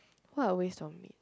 what a waste of meat